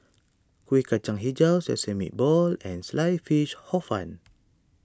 Kuih Kacang HiJau Sesame Balls and Sliced Fish Hor Fun